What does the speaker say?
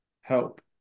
help